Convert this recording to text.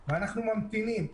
להגיע.